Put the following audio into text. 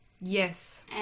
yes